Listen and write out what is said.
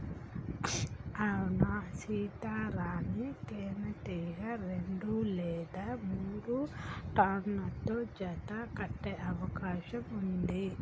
అవునా సీత, రాణీ తేనెటీగ రెండు లేదా మూడు డ్రోన్లతో జత కట్టె అవకాశం ఉంది